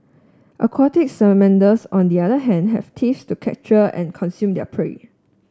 aquatic salamanders on the other hand have teeth to capture and consume their prey